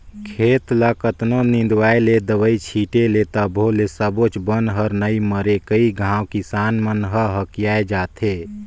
खेत ल कतनों निंदवाय ले, दवई छिटे ले तभो ले सबोच बन हर नइ मरे कई घांव किसान मन ह हकिया जाथे